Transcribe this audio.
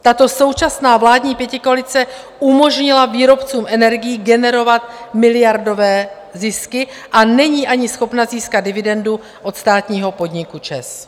Tato současná vládní pětikoalice umožnila výrobcům energií generovat miliardové zisky a není ani schopna získat dividendu od státního podniku ČEZ.